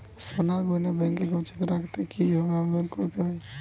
সোনার গহনা ব্যাংকে গচ্ছিত রাখতে কি ভাবে আবেদন করতে হয়?